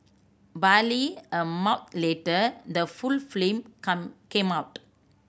barely a month later the full film come came out